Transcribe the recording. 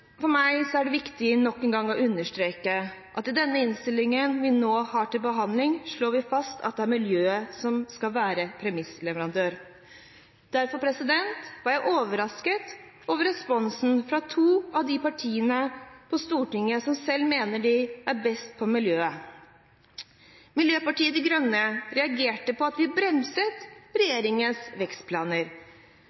For meg er det viktig nok en gang å understreke at i den innstillingen vi nå har til behandling, slår vi fast at det er miljøet som skal være premissleverandør. Derfor var jeg overrasket over responsen fra to av de partiene på Stortinget som selv mener de er best på miljøet. Miljøpartiet De Grønne reagerte på at vi bremset regjeringens vekstplaner.